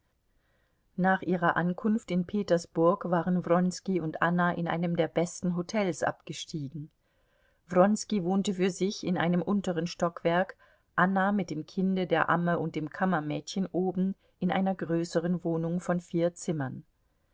nach ihrer ankunft in petersburg waren wronski und anna in einem der besten hotels abgestiegen wronski wohnte für sich in einem unteren stockwerk anna mit dem kinde der amme und dem kammermädchen oben in einer größeren wohnung von vier zimmern